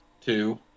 two